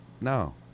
no